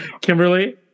Kimberly